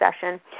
session